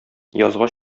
язга